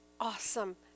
awesome